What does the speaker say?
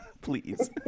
Please